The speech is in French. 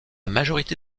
majorité